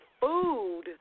food